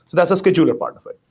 that's the scheduler part of it.